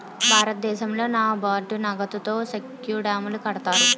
భారతదేశంలో నాబార్డు నగదుతో సెక్కు డ్యాములు కడతారు